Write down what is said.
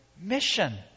mission